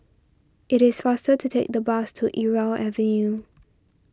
it is faster to take the bus to Irau Avenue